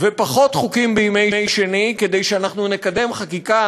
ופחות חוקים בימי שני, כדי שאנחנו נקדם חקיקה